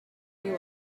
you